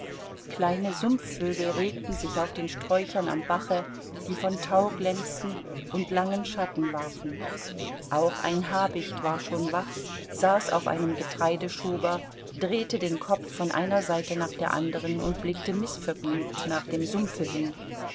kleine sumpfvögel regten sich auf den sträuchern am bache die von tau glänzten und langen schatten warfen auch ein habicht war schon wach saß auf einem getreideschober drehte den kopf von einer seite nach der anderen und blickte mißvergnügt nach dem sumpfe hin